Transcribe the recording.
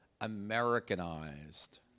americanized